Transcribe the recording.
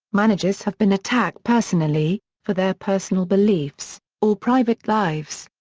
managers have been attacked personally, for their personal beliefs, or private lives.